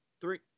three